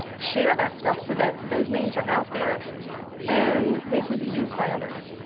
share that stuff so that those names are out there and they can be used by others.